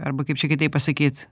arba kaip čia kitaip pasakyt